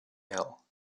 hill